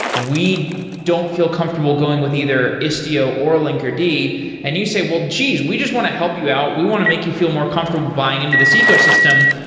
we don't feel comfortable going with either istio or linkerd. and you say, well, gees! we just want to help you out. we want to make you feel more comfortable buying into this ecosystem.